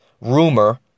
rumor